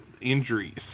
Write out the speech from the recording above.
injuries